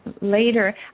later